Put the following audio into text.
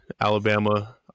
Alabama